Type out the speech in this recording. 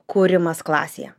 kūrimas klasėje